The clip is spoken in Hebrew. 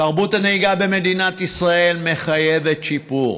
תרבות הנהיגה במדינת ישראל מחייבת שיפור.